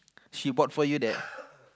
she bought for you that